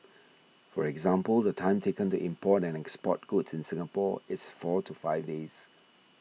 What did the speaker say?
for example the time taken to import and export goods in Singapore is four to five days